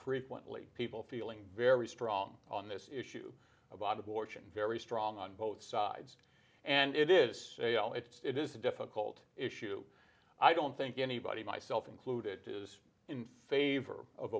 frequently people feeling very strong on this issue about abortion very strong on both sides and it is it's it is a difficult issue i don't think anybody myself included is in favor of